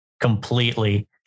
completely